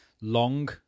long